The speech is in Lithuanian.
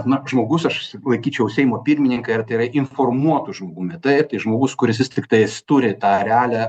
na žmogus aš laikyčiau seimo pirmininką ir tai yra informuotu žmogumi taip tai žmogus kuris vis tiktais turi tą realią